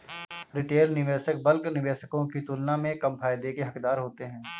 retail निवेशक bulk निवेशकों की तुलना में कम फायदे के हक़दार होते हैं